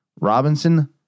Robinson